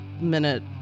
minute